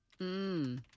Mmm